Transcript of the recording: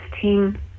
team